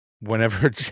Whenever